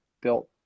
built